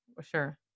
Sure